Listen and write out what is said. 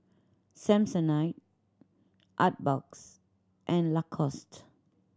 Samsonite Artbox and Lacoste